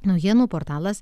naujienų portalas